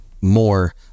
more